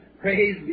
Praise